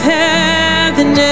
heaven